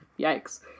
Yikes